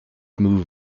move